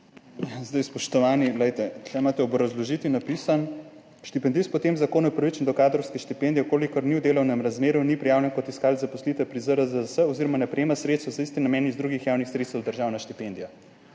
Spoštovani, tu imate v obrazložitvi napisano: »Štipendist po tem zakonu je upravičen do kadrovske štipendije, v kolikor ni v delovnem razmerju, ni prijavljen kot iskalec zaposlitve pri ZZZS oziroma ne prejema sredstev za isti namen iz drugih javnih sredstev (državna štipendija).«